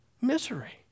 misery